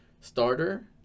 starter